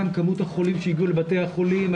גם כמות החולים שהגיעה לבתי החולים,